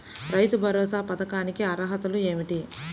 రైతు భరోసా పథకానికి అర్హతలు ఏమిటీ?